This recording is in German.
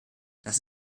das